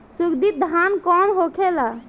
सुगन्धित धान कौन होखेला?